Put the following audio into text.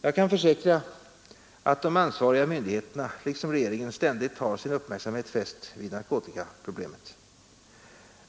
Jag kan försäkra att de ansvariga myndigheterna liksom regeringen ständigt har sin uppmärksamhet fästad vid narkotikaproblemet.